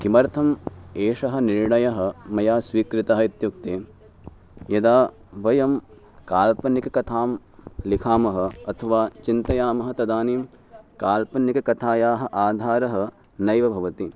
किमर्थम् एषः निर्णयः मया स्वीकृतः इत्युक्ते यदा वयं काल्पनिककथां लिखामः अथवा चिन्तयामः तदानीं काल्पनिककथायाः आधारः नैव भवति